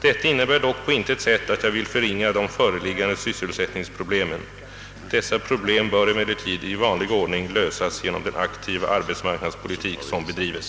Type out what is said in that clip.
Detta innebär dock på intet sätt att jag vill förringa de föreliggande sysselsättningsproblemen. Dessa problem bör emellertid i vanlig ordning lösas genom den aktiva arbetsmarknadspolitik som bedrivs.